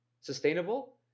sustainable